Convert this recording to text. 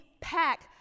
pack